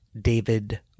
David